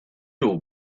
you